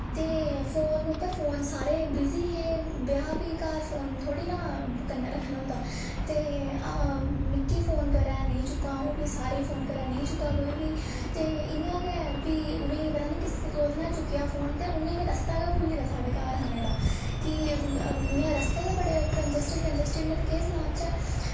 ते फोन उप्पर फोन सारे बिजी हे ब्याह् फ्ही घर फोन थोह्ड़ी ना कन्नै रक्खना होंदा ते मिगी फोन करै नेईं चुक्कां अ'ऊं सारें गी फोन करां नेईं चुक्कै कोई बी ते इ'यां गै फ्ही उ'नेंगी पता निं किसने कुन्नै चुक्केआ फोन ते उ'नेंगी रस्ता गै भुल्ली दा साढ़े घर आने दा कि इ'यां रस्ते गै बड़े कंजैस्टिड कंजैस्टिड न ते केह् सनाचै